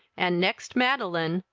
and, next madeline,